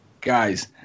Guys